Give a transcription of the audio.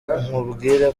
nkubwire